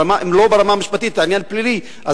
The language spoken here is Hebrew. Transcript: אם הוא לא עניין פלילי ברמה המשפטית,